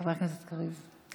חבר הכנסת קריב,